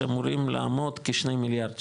אמורים לעמוד כשני מיליארד שקל,